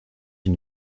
une